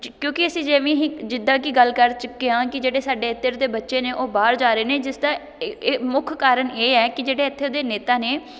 ਕਿਉਂਕਿ ਅਸੀਂ ਜਿਵੇਂ ਹੀ ਜਿੱਦਾਂ ਕਿ ਗੱਲ ਕਰ ਚੁੱਕੇ ਹਾਂ ਕਿ ਜਿਹੜੇ ਸਾਡੇ ਇੱਧਰ ਦੇ ਬੱਚੇ ਨੇ ਉਹ ਬਾਹਰ ਜਾ ਰਹੇ ਨੇ ਜਿਸਦਾ ਇਹ ਇਹ ਮੁੱਖ ਕਾਰਨ ਇਹ ਹੈ ਕਿ ਜਿਹੜੇ ਇੱਥੇ ਦੇ ਨੇਤਾ ਨੇ